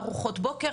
ארוחות בוקר,